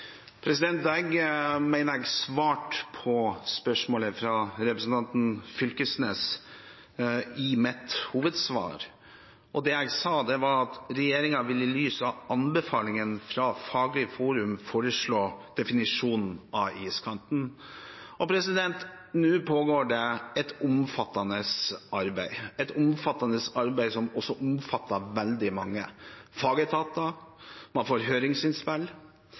Jeg mener at jeg svarte på spørsmålet fra representanten Fylkesnes i mitt hovedsvar. Det jeg sa, var at regjeringen i lys av anbefalingene fra Faglig forum vil foreslå definisjonen av iskanten. Nå pågår det et omfattende arbeid, som også omfatter veldig mange fagetater, man får høringsinnspill.